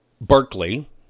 Berkeley